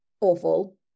awful